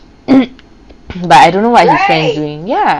but I don't know why he's telling me ya